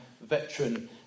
veteran